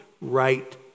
right